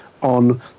on